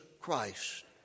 Christ